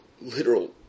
literal